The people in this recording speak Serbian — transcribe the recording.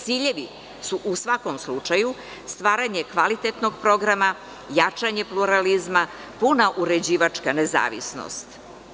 Ciljevi su, u svakom slučaju, stvaranje kvalitetnog programa, jačanje pluralizma, puna uređivačka nezavisnost.